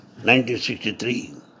1963